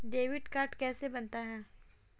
Debit card कैसे बनता है?